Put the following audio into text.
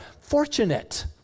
fortunate